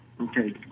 Okay